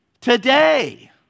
today